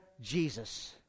Jesus